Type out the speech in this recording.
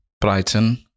Brighton